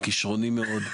כישרוני מאוד,